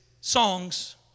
songs